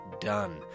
done